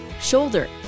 shoulder